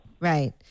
Right